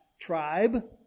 tribe